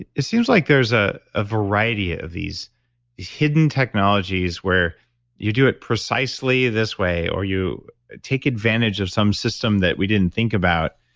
it it seems like there's a ah variety of these hidden technologies where you do it precisely this way or you take advantage of some system that we didn't think about.